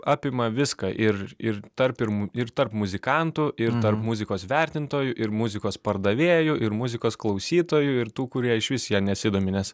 apima viską ir ir tarp ir mu ir tarp muzikantų ir tarp muzikos vertintojų ir muzikos pardavėjų ir muzikos klausytojų ir tų kurie išvis ja nesidomi nes